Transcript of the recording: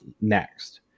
next